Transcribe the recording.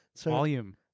Volume